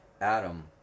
Adam